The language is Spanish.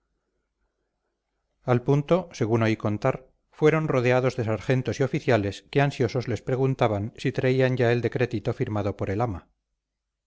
al punto según oí contar fueron rodeados de sargentos y oficiales que ansiosos les preguntaban si traían ya el decretito firmado por el ama